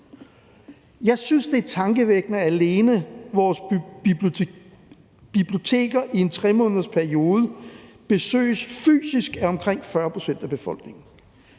Jeg synes, at det er tankevækkende alene, at vores biblioteker i en 3-månedersperiode besøges fysisk af omkring 40 pct. af befolkningen.